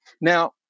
Now